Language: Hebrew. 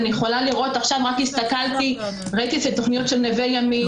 ראיתי עכשיו את התוכניות של נוה ימין,